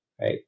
right